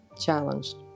challenged